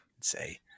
say